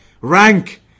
rank